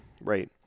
right